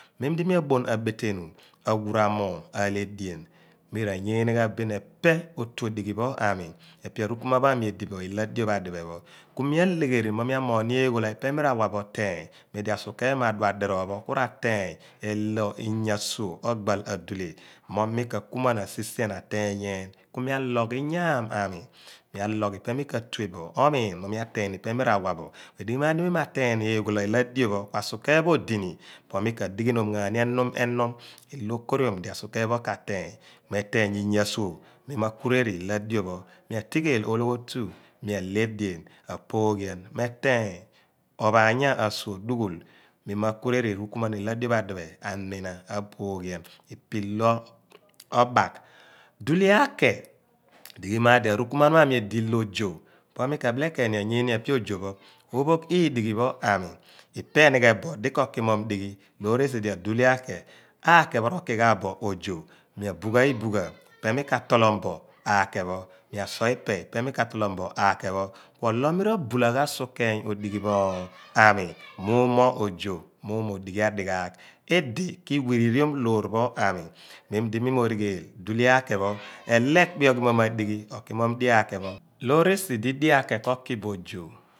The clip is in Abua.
Mem di mi aboon a betenu a wuura moogh alea edean mi ra yeeni ghan bin epe otuo dighi pho ami epe amu ku muan pho ami edi bo ilo adio pho ediphe pho ku mi alegheri mo mea moogh eeghola ipe me ra wa bo oteeny mem di a sukeeny pho ma bua boo e loor adiroogh pho ku ra ki inyah asurg obal adule me ka kumuan a sisien atecy yeen ku mi aloogh inyaam ma ini ipe mika tue bo omin mo mia tue ni ateeny eghola ilo adio pho. Ku mi mo teeny kue dighi maadi aso keey pho odini pooh me ka dighi nom ghaani enup enup okorio di aso keeny pho kateey inyaa asugh bein mii ma kureri ilo adio pho bin mi atighel ologhotu, mia le edean, mia pho ghian meteeny ophaany asugh dughul mi ma kukeri rukumun ilo adio pho adiphe amina apoogh ian ipe ilo obak. Dule aake edighi maar di arukumuan pho ami edi ilo ojo mika bele keeny ni anyeene epe ojo pho opogh lidi ghi pho ami ipe enighe bo di kokimoom dighi loor esidi adule ake ake pho rookighaa bo ojo mi a bugha ibugh epe ojo pho ipe mika tolom bo ake pho mea sour ipe ilo mi ka tolom ake pho kudo me ra bula ghan sour keeny odighi pho ami muu mor ojo mumor odighi adi ghaagh kudi ki whiri riom loor pho anni mem di mi ro righeel dule ake pho elo ekpe oghi mom adighi ko ki mom dio akeepho loor esi di dio ake ko kibo ojo.